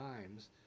times